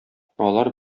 алар